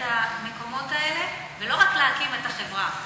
המקומות האלה זה לא רק להקים את החברה,